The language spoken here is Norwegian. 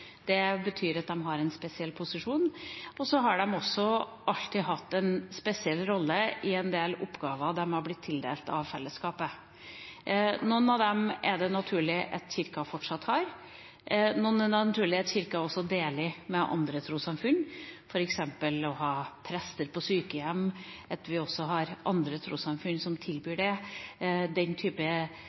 har en spesiell posisjon, og så har den også alltid hatt en spesiell rolle i en del oppgaver den har blitt tildelt av fellesskapet. Noen av dem er det naturlig at Kirken fortsatt har, noen er det naturlig at Kirken også deler med andre trossamfunn, f.eks. å ha prester på sykehjem, at vi også har andre trossamfunn som tilbyr den type